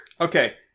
Okay